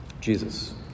Jesus